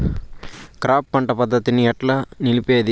Crop పంట పద్ధతిని ఎట్లా నిలిపేది?